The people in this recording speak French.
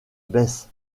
baisse